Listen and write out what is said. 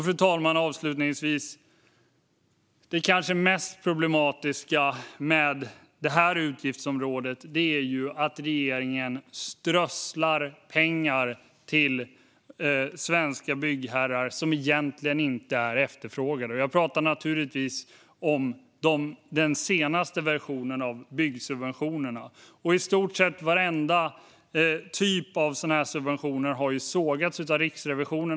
Avslutningsvis vill jag säga att det kanske mest problematiska med detta utgiftsområde är att regeringen strösslar pengar över svenska byggherrar. Det är pengar som egentligen inte är efterfrågade. Jag talar naturligtvis om den senaste versionen av byggsubventioner. I stort sett varenda typ av sådana subventioner har sågats av Riksrevisionen.